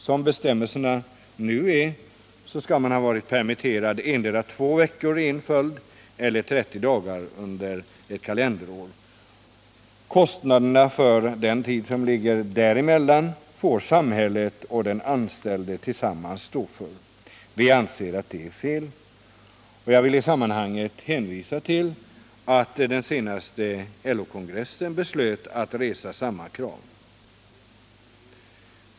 Som bestämmelserna nu är skall man ha varit permitterad i endera två veckor i en följd eller sammanlagt 30 dagar under ett kalenderår. Kostnaderna för den tid som ligger däremellan får samhället och den anställde tillsammans stå för. Vi anser att detta är fel. Jag vill i sammanhanget också hänvisa till att den senaste LO-kongressen beslöt att resa samma krav.